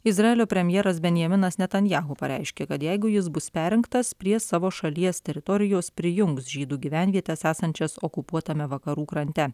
izraelio premjeras benjaminas netanjahu pareiškė kad jeigu jis bus perrinktas prie savo šalies teritorijos prijungs žydų gyvenvietes esančias okupuotame vakarų krante